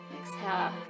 exhale